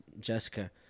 Jessica